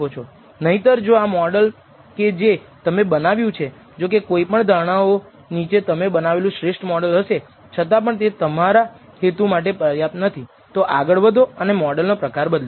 નહીંતર જો આ મોડલ કે જે તમે બનાવ્યું છે જોકે કોઈપણ ધારણાઓ નીચે તમે બનાવેલું શ્રેષ્ઠ મોડલ હશે છતાં પણ તે તમારા હેતુ માટે પર્યાપ્ત નથી તો આગળ વધો અને મોડલ નો પ્રકાર બદલો